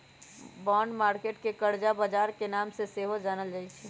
bond market के करजा बजार के नाम से सेहो जानल जाइ छइ